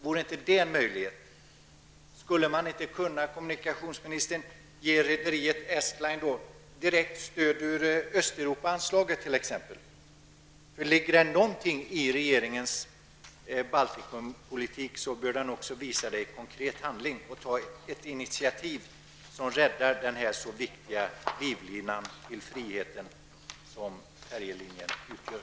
Vore inte det en möjlighet? Skulle man inte, kommunikationsministern, kunna ge rederiet Estline AB direkt stöd ur Östeuropaanslaget? Om det ligger någonting i regeringens Baltikumpolitik bör man också visa det i konkret handling och ta ett initiativ som räddar den så viktiga livlina till friheten som färjelinjen utgör.